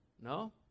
no